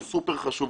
הו סופר חשוב.